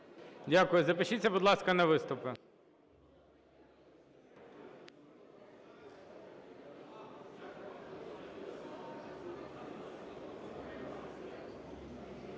Дякую. Запишіться, будь ласка, на виступи.